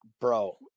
bro